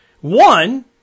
one